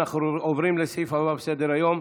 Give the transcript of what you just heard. אנחנו עוברים לסעיף הבא בסדר-היום.